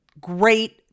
great